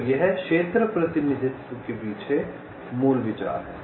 तो यह क्षेत्र प्रतिनिधित्व के पीछे मूल विचार है